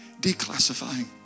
declassifying